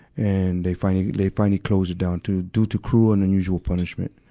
and they finally, they finally closed it down to, due to cruel and unusual punishment.